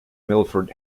milford